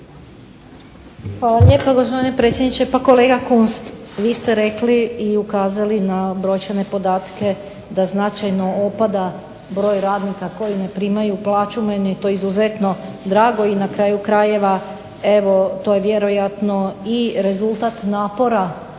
Hvala lijepo, gospodine predsjedniče. Pa kolega Kunst, vi ste rekli i ukazali na brojčane podatke, da značajno opada broj radnika koji ne primaju plaću. Meni je to izuzetno drago i na kraju krajeva to je vjerojatno i rezultat napora